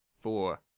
four